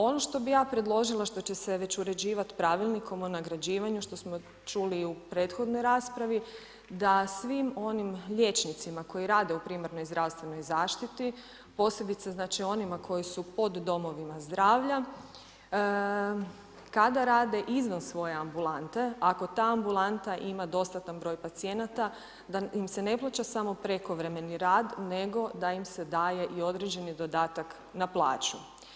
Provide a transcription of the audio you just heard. Ono što bi ja predložila, što će se već uređivat Pravilnikom o nagrađivanju, što smo čuli i u prethodnoj raspravi, da svim onim liječnicima koji rade u primarnoj zdravstvenoj zaštiti, posebice znači onima koji su pod Domovima zdravlja, kada rade izvan svoje ambulante, ako ta ambulanta ima dostatan broj pacijenata da im se ne plaća samo prekovremeni rad nego da im se daje i određeni dodatak na plaću.